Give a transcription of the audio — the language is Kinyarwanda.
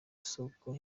soko